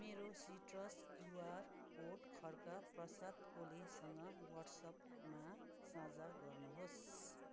मेरो citrus QR code Khadga Prasad ओलीसँग वाट्सएपमा साझा गर्नुहोस्